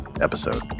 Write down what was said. episode